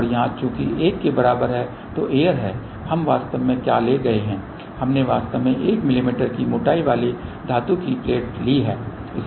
और यहाँ चूंकि यह 1 के बराबर है जो एयर है हम वास्तव में क्या ले गए हैं हमने वास्तव में 1 मिमी की मोटाई वाली धातु की प्लेट ली है